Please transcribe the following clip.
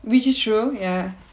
which is true ya